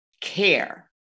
care